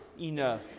enough